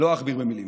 לא אכביר מילים.